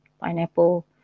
pineapple